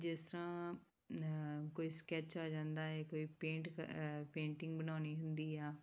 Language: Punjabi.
ਜਿਸ ਤਰ੍ਹਾਂ ਕੋਈ ਸਕੈੱਚ ਆ ਜਾਂਦਾ ਹੈ ਕੋਈ ਪੇਂਟ ਪੇਂਟਿੰਗ ਬਣਾਉਣੀ ਹੁੰਦੀ ਆ